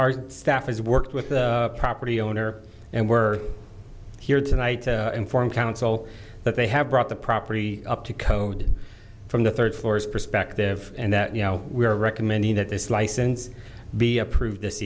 is worked with the property owner and we're here tonight to inform council that they have brought the property up to code from the third floors perspective and that you know we are recommending that this license be approved this